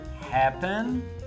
happen